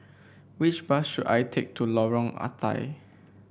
which bus should I take to Lorong Ah Thia